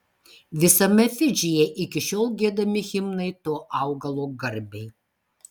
visame fidžyje iki šiol giedami himnai to augalo garbei